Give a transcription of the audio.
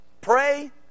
Pray